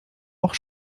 auch